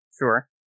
Sure